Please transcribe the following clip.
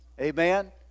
Amen